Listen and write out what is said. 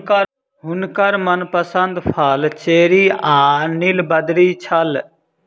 हुनकर मनपसंद फल चेरी आ नीलबदरी छल